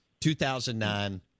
2009